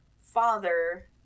father